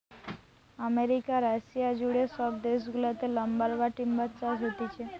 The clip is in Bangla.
আমেরিকা, রাশিয়া জুড়ে সব দেশ গুলাতে লাম্বার বা টিম্বার চাষ হতিছে